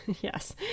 yes